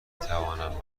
توانم